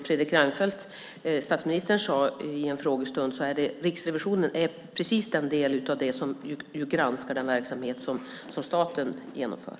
Fredrik Reinfeldt nämnde kvalitet i en frågestund, och Riksrevisionen är den del som granskar den verksamhet som staten genomför.